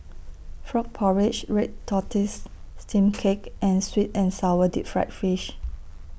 Frog Porridge Red Tortoise Steamed Cake and Sweet and Sour Deep Fried Fish